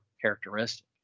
characteristic